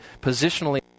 positionally